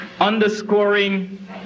underscoring